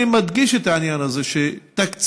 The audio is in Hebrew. אני מדגיש את העניין הזה שתקציבים,